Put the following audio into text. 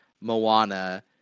Moana